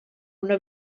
una